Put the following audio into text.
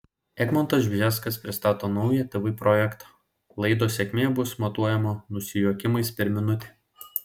egmontas bžeskas pristato naują tv projektą laidos sėkmė bus matuojama nusijuokimais per minutę